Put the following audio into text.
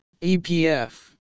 EPF